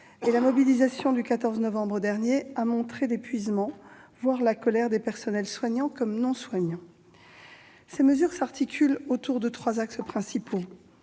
La mobilisation du 14 novembre dernier a montré l'épuisement, voire la colère, des personnels soignants comme non soignants. Ces mesures s'articulent autour de trois axes principaux.